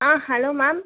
ah hello ma'am